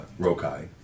Rokai